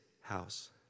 house